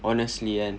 honestly kan